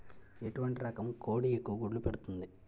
ఎటువంటి రకం కోడి ఎక్కువ గుడ్లు పెడుతోంది?